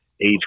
age